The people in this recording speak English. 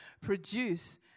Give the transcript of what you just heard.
produce